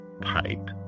Pipe